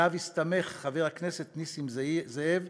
שעליו הסתמך חבר הכנסת נסים זאב,